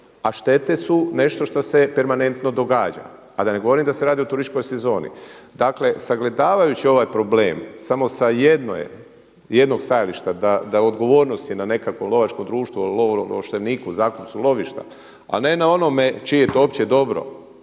a štete su nešto što se permanentno događa, a da ne govorim da se radi o turističkoj sezoni. Dakle sagledavajući ovaj problem samo sa jednog stajališta da je odgovornost na nekakvom lovačkom društvu, lovo-ovlašteniku, zakupcu lovišta, a ne na onome čije je to opće dobro.